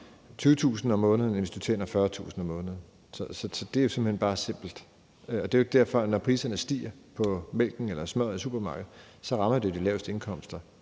20.000 kr. om måneden, end hvis du tjener 40.000 kr. om måneden. Så det er jo simpelt. Det er jo derfor, at når priserne stiger på mælken eller smørret i supermarkedet, rammer det de laveste indkomster